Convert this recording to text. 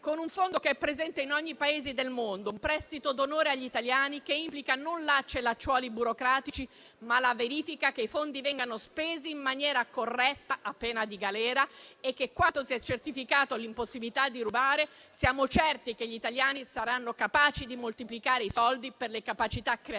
con un fondo che è presente in ogni Paese del mondo, un prestito d'onore agli italiani, che implica non lacci e lacciuoli burocratici, ma la verifica che i fondi vengano spesi in maniera corretta, a pena di galera. Una volta certificata l'impossibilità di rubare, siamo certi che gli italiani saranno capaci di moltiplicare i soldi, per le capacità creative che